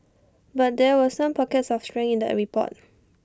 but there were some pockets of strength in the an report